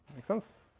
makes sense?